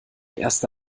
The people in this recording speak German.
erste